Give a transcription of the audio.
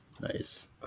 Nice